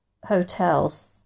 hotels